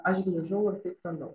aš grįžau ir taip toliau